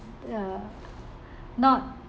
uh not